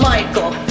Michael